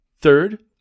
Third